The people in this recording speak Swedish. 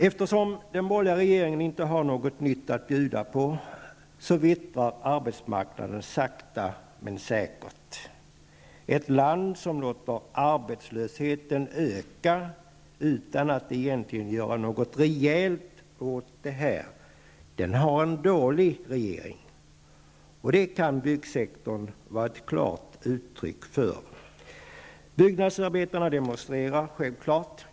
Eftersom den borgerliga regeringen inte har något nytt att bjuda på vittrar arbetsmarknaden sakta men säkert. Ett land som låter arbetslösheten öka utan att egentligen göra något rejält åt saken har en dålig regering, och det kan byggsektorn vara ett klart uttryck för. Byggnadsarbetarna demonstrerar självfallet.